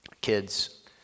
Kids